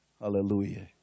Hallelujah